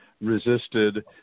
resisted